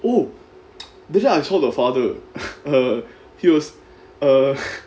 oh that's why I saw the father err he was err